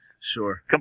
Sure